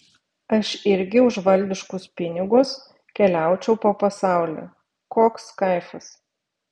aš irgi už valdiškus pinigus keliaučiau po pasaulį koks kaifas